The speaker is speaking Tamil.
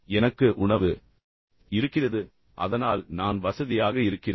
எனக்கு உணவு இருக்கிறது சரி அதனால் நான் வசதியாக இருக்கிறேன்